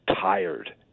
tired